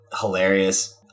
hilarious